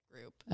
group